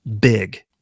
big